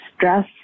Stress